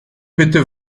bitte